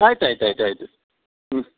ಆಯ್ತು ಆಯ್ತು ಆಯ್ತು ಆಯ್ತು ಹ್ಞೂ